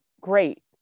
great